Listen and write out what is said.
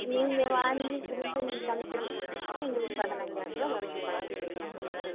நீங்கள் வாங்கி கொடுத்து நீங்கள் சமைக்கிற மாதிரி இருந்தால் எங்களுக்கு பதினஞ்சாயிருபா சம்பளம் கொடுத்தீங்கன்னா போதும்